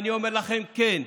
אני אומר לכם: כן,